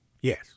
yes